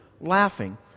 laughing